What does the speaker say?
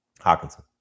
Hawkinson